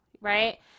right